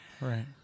right